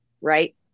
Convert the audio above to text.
right